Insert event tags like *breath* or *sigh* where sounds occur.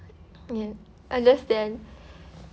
ya understand *breath*